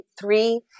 three